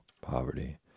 poverty